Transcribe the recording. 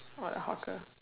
what hawker